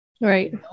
Right